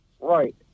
Right